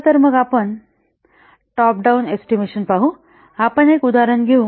चला तर मग टॉप डाउन एस्टिमेशन पाहू आपण एक उदाहरण घेऊ